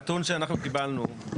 הנתון שאנחנו קיבלנו,